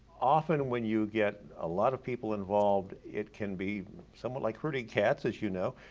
often when you get a lot of people involved it can be somewhat like herding cats, as you know.